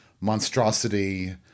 monstrosity